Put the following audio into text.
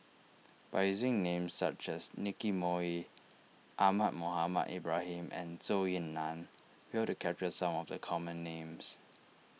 by using names such as Nicky Moey Ahmad Mohamed Ibrahim and Zhou Ying Nan we hope to capture some of the common names